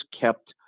kept